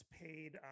paid